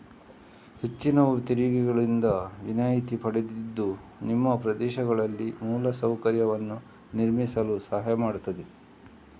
ಹೆಚ್ಚಿನವು ತೆರಿಗೆಗಳಿಂದ ವಿನಾಯಿತಿ ಪಡೆದಿದ್ದು ನಿಮ್ಮ ಪ್ರದೇಶದಲ್ಲಿ ಮೂಲ ಸೌಕರ್ಯವನ್ನು ನಿರ್ಮಿಸಲು ಸಹಾಯ ಮಾಡ್ತದೆ